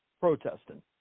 protesting